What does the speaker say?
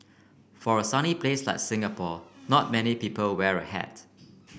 for a sunny place like Singapore not many people wear a hat